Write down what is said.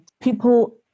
people